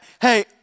hey